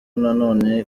nanone